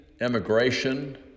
immigration